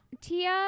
tia